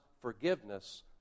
forgiveness